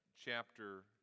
chapter